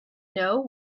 know